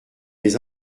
mes